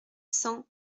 cent